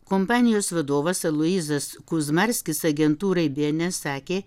kompanijos vadovas aloyzas kuzmarskis agentūrai bns sakė